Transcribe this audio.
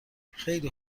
خیلی